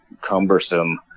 cumbersome